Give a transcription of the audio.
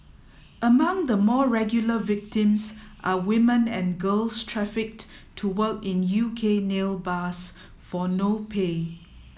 among the more regular victims are women and girls trafficked to work in U K nail bars for no pay